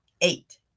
eight